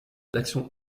l’action